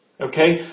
Okay